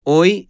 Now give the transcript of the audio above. Hoy